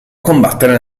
combattere